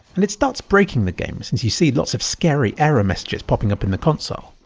and it starts breaking the game since you see lots of scary errors popping up in the console.